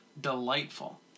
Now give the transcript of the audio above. Delightful